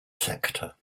sector